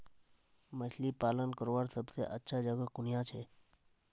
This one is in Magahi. मछली पालन करवार सबसे अच्छा जगह कुनियाँ छे?